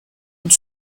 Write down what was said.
und